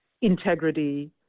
integrity